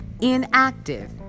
inactive